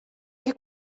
che